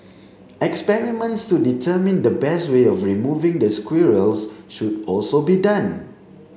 experiments to determine the best way of removing the squirrels should also be done